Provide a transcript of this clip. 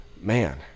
man